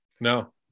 no